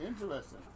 interesting